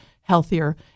healthier